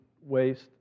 waste